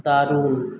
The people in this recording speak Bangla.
দারুন